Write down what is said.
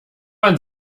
man